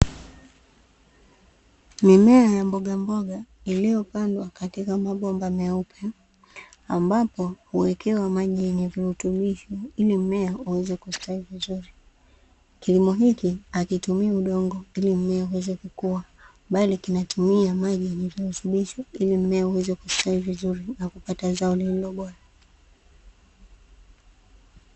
Mimea ya mbogamboga iliyopandwa katika mabomba meupe ambapo huwekewa maji yenye virutubisho ili mmea uweze kustawi vizuri. Kilimo hiki hakitumii udongo ili iweze kukua bali kinatumia maji yenye virutubisho ili mmea uweze kustawi vizuri na kupata na zao lililo bora.